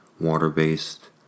water-based